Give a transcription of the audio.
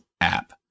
App